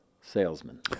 salesman